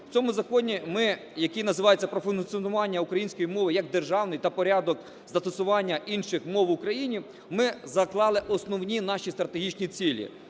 В цьому законі ми, який називається "Про функціонування української мови як державної та порядок застосування інших мов в Україні", ми заклали основні наші стратегічні цілі.